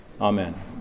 Amen